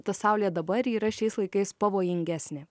ta saulė dabar yra šiais laikais pavojingesnė